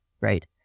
right